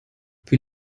wie